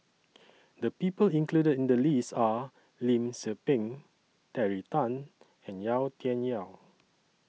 The People included in The list Are Lim Tze Peng Terry Tan and Yau Tian Yau